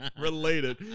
related